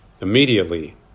Immediately